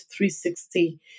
360